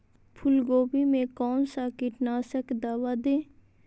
फूलगोभी में कौन सा कीटनाशक दवा दे?